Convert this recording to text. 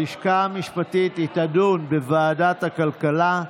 אדוני היושב-ראש,